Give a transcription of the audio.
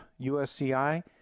USCI